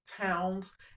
towns